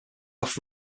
off